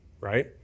right